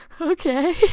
okay